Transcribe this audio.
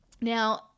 Now